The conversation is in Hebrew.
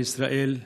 בישראל,